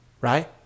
Right